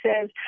says